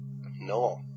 No